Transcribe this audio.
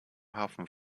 hafen